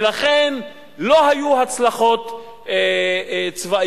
ולכן לא היו הצלחות צבאיות.